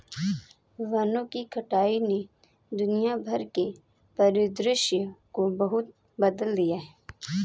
वनों की कटाई ने दुनिया भर के परिदृश्य को बहुत बदल दिया है